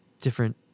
different